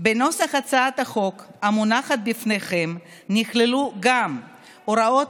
בנוסח הצעת החוק המונחת בפניכם נכללו גם הוראות